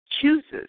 chooses